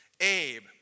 Abe